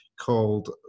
Called